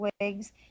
wigs